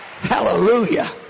Hallelujah